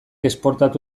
esportatu